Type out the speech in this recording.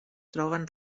troben